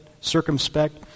circumspect